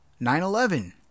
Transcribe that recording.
9-11